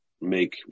make